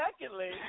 Secondly